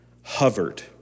hovered